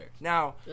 Now